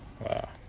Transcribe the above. Wow